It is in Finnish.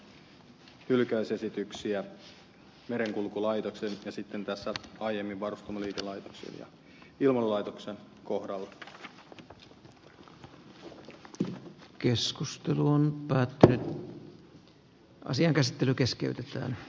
karhun tekemiä hylkäysesityksiä ilmailulaitoksen ja tässä aiemmin olleiden merenkulkulaitoksen ja varustamoliikelaitoksen kohdalla